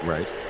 Right